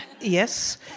Yes